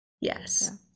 Yes